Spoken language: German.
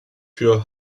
für